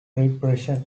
repression